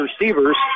receivers